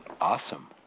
Awesome